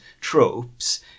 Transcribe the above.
tropes